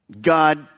God